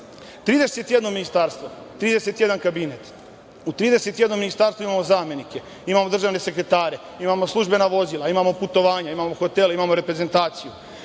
31 ministarstvo, 31 kabinet. U 31 ministarstvu imamo zamenike, imamo državne sekretare, imamo službena vozila, imamo putovanja, imamo hotele, imamo reprezentaciju